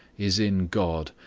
is in god,